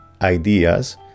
ideas